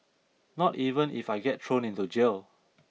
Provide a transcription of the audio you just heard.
not even if I get thrown into jail